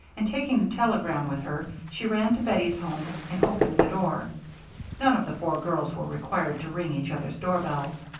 and taking the telegram with her, she ran to bettie's home and opened the door none of the four girls were required to ring each other's doorbells.